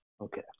Okay